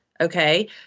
Okay